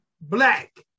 black